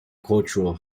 cultural